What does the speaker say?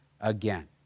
again